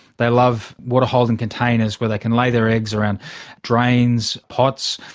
they love waterholes and containers where they can lay their eggs around drains, pots,